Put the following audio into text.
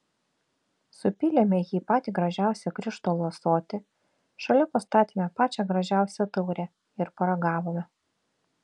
supylėme jį į patį gražiausią krištolo ąsotį šalia pastatėme pačią gražiausią taurę ir paragavome